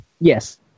Yes